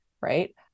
right